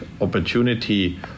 opportunity